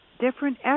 different